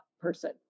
person